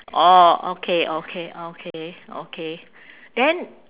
orh okay okay okay okay then